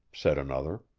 said another.